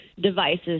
devices